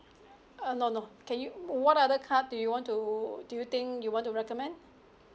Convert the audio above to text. uh no no can you what other card do you want to do you think you want to recommend